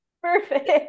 Perfect